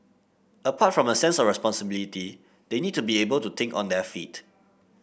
apart from a sense of responsibility they need to be able to think on their feet